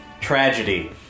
tragedy